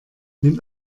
mit